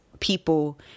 people